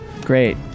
great